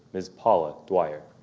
ms. paula dwyer.